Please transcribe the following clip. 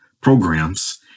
programs